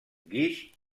guix